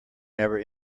never